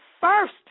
first